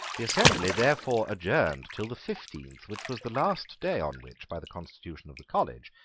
the assembly therefore adjourned till the fifteenth, which was the last day on which, by the constitution of the college,